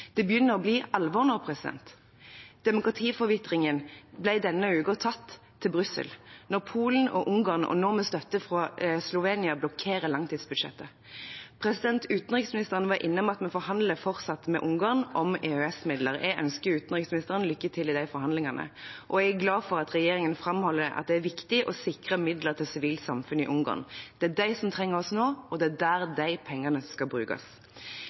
Det begynner å bli alvor nå. Demokratiforvitringen ble denne uka tatt til Brussel, når Polen og Ungarn – og nå med støtte fra Slovenia – blokkerer langtidsbudsjettet. Utenriksministeren var innom at en fortsatt forhandler med Ungarn om EØS-midler. Jeg ønsker utenriksministeren lykke til i de forhandlingene, og jeg er glad for at regjeringen framholder at det er viktig å sikre midler til sivilt samfunn i Ungarn. Det er de som trenger oss nå, og det er der de pengene skal brukes.